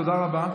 תודה רבה.